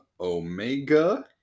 omega